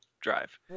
drive